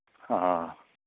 ꯑ